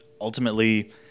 ultimately